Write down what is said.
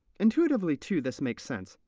intuitively, too, this makes sense.